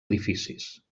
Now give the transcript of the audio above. edificis